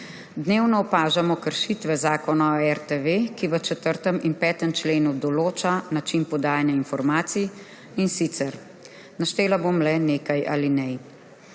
Dnevno opažamo kršitve zakona o RTV, ki v 4. in 5. členu določa način podajanja informacij. Naštela bom le nekaj alinej.